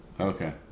Okay